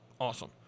awesome